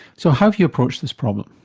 so how have you approached this problem?